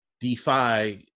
defy